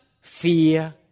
fear